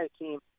team